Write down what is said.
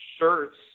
shirts